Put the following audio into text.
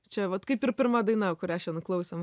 čia vat kaip ir pirma daina kurią šiandien klausėm